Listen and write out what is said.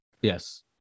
Yes